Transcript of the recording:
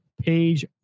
page